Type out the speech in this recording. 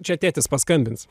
čia tėtis paskambins